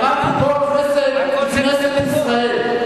אני אמרתי, כנסת ישראל.